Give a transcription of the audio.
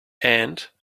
and